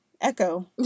echo